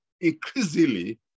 increasingly